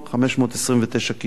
529 כיתות,